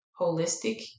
holistic